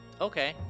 Okay